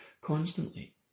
constantly